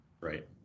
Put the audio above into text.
Right